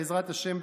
בעזרת השם,